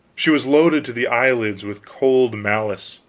she was loaded to the eyelids with cold malice.